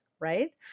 right